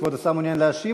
כבוד השר מעוניין להשיב,